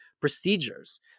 procedures